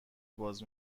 باز